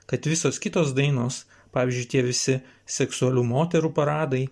kad visos kitos dainos pavyzdžiui tie visi seksualių moterų paradai